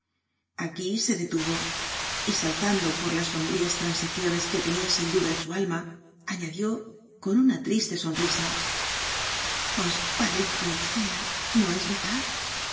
aquí se detuvo y saltando por las sombrías transiciones que tenia sin duda en su alma añadió con una triste sonrisa os parezco fea no es verdad